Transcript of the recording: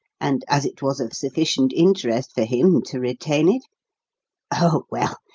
and as it was of sufficient interest for him to retain it oh, well,